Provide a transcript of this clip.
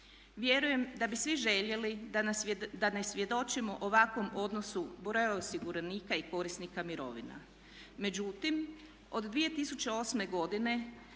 Vjerujem da bi svi željeli da ne svjedočimo ovakvom odnosu broja osiguranika i korisnika mirovina. Međutim, od 2008.godine